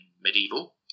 medieval